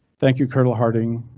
thank you. colonel harting,